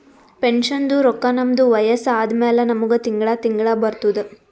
ಪೆನ್ಷನ್ದು ರೊಕ್ಕಾ ನಮ್ದು ವಯಸ್ಸ ಆದಮ್ಯಾಲ ನಮುಗ ತಿಂಗಳಾ ತಿಂಗಳಾ ಬರ್ತುದ್